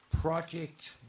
project